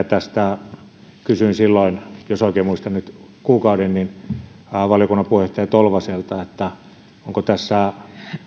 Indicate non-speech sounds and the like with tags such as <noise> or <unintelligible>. <unintelligible> tästä kysyin silloin jos oikein muistan nyt kuukauden valiokunnan puheenjohtaja tolvaselta onko tässä